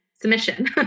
submission